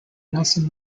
nelson